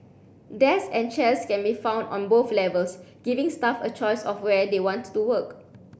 desks and chairs can be found on both levels giving staff a choice of where they want to work